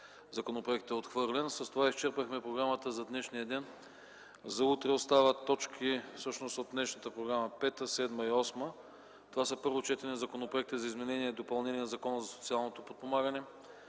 Законопроектът е отхвърлен. С това изчерпахме програмата за днешния ден. За утре остават точки пета, седма и осма от днешната програма. Това са Първо четене на Законопроекта за изменение и допълнение на Закона за социално подпомагане,